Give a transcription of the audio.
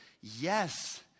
Yes